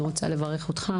אני רוצה לברך אותך,